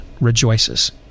rejoices